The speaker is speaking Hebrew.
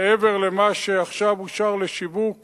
מעבר למה שעכשיו אושר לשיווק